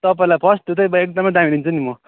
तपाईँलाई फर्स्ट दुधै एकदमै दामी दिन्छु नि म